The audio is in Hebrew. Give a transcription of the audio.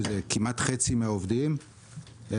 שהן מונות כמעט כחצי מהעובדים שרובם